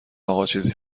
آقاچیزی